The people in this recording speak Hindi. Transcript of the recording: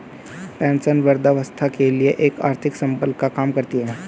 पेंशन वृद्धावस्था के लिए एक आर्थिक संबल का काम करती है